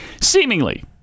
Seemingly